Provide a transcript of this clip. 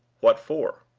what for?